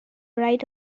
right